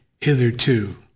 hitherto